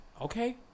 Okay